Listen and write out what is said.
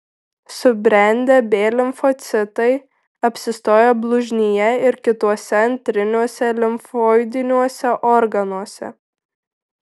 subrendę b limfocitai apsistoja blužnyje ir kituose antriniuose limfoidiniuose organuose